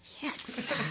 Yes